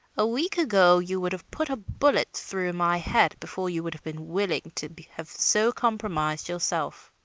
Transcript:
a week ago you would have put a bullet through my head before you would have been willing to have so compromised yourself.